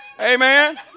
Amen